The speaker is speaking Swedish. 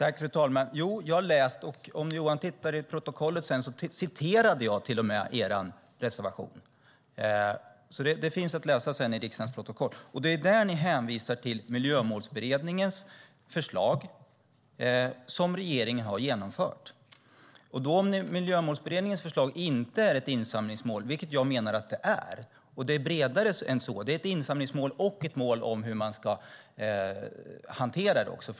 Fru talman! Ja, jag har läst. I mitt anförande citerade jag till och med ur er reservation. Johan kan titta i riksdagens protokoll sedan. Ni hänvisar i reservationen till Miljömålsberedningens förslag, som regeringen har genomfört. Jag menar att Miljömålsberedningens förslag är ett insamlingsmål, och det är bredare än så. Det är ett insamlingsmål och ett mål för hur man ska hantera det.